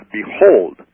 Behold